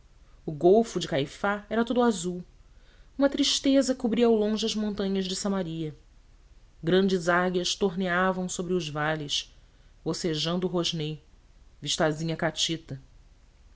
o golfo de caifa era todo azul uma tristeza cobria ao longe as montanhas de samaria grandes águias torneavam sobre os vales bocejando rosnei vistazinha catita